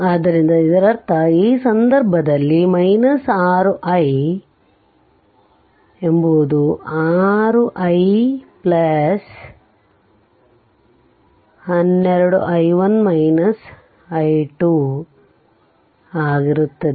ಆದ್ದರಿಂದ ಇದರರ್ಥ ಈ ಸಂದರ್ಭದಲ್ಲಿ 6 i1 ಎಂಬುದು 6 i1 6 i1 12 i1 i2 ಆಗಿರುತ್ತದೆ